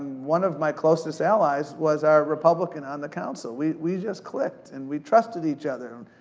one of my closest allies was our republican on the council. we we just clicked, and we trusted each other,